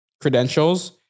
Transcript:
credentials